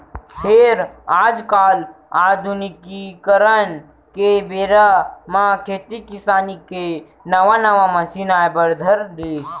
फेर आज काल आधुनिकीकरन के बेरा म खेती किसानी के नवा नवा मसीन आए बर धर लिस